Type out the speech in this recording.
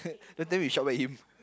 that day we shot by him